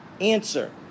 Answer